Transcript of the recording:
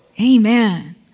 Amen